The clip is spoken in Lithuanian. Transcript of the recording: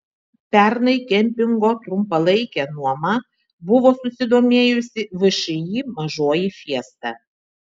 pernai kempingo trumpalaike nuoma buvo susidomėjusi všį mažoji fiesta